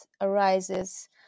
arises